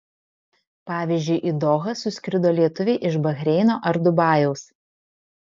pavyzdžiui į dohą suskrido lietuviai iš bahreino ar dubajaus